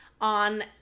on